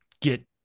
get